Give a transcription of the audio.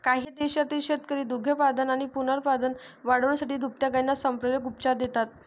काही देशांतील शेतकरी दुग्धोत्पादन आणि पुनरुत्पादन वाढवण्यासाठी दुभत्या गायींना संप्रेरक उपचार देतात